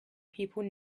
people